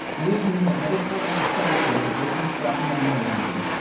many of whom have never pulled on the starter cord of a briggs and stratton lawnmower engine,